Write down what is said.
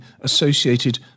associated